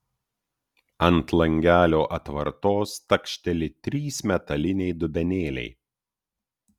ant langelio atvartos takšteli trys metaliniai dubenėliai